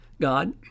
God